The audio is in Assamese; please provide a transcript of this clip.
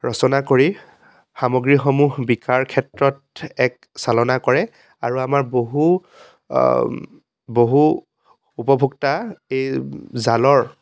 ৰচনা কৰি সামগ্ৰীসমূহ বিকাৰ ক্ষেত্ৰত এক চলনা কৰে আৰু আমাৰ বহু বহু উপভোক্তা এই জালৰ